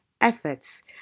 efforts